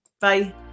Bye